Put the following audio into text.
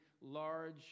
large